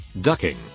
ducking